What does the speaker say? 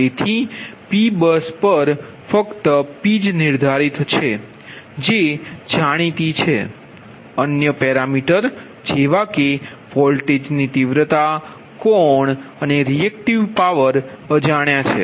તેથીP bus પર ફક્ત P જ નિર્ધારિત છે જે જાણીતી છે અન્ય પેરામીટર જેવા કે વોલ્ટેજની તીવ્રતા કોણ અને રિએકટિવ પાવર અજાણ્યા છે